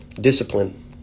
discipline